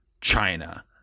China